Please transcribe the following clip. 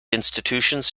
institutions